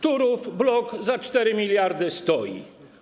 Turów - blok za 4 mld stoi.